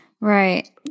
Right